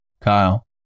Kyle